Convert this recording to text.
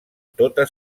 tota